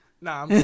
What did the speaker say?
Nah